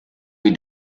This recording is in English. read